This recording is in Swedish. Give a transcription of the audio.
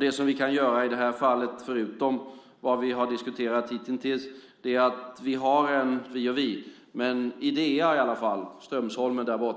Det som vi kan göra i det här fallet, förutom vad vi har diskuterat hitintills, kan ske till exempel inom ramen för Idea vid Strömsholmen där borta.